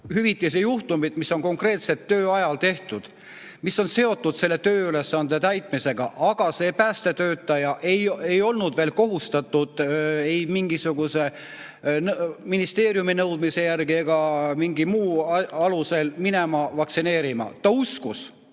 hüvitise juhtumid, mis on konkreetselt seotud tööajal tööülesande täitmisega. Aga see päästetöötaja ei olnud veel kohustatud ei mingisuguse ministeeriumi nõudmise järgi ega mingil muul alusel minema vaktsineerima. Ta uskus.